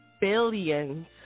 billions